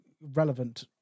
relevant